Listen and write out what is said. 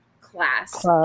class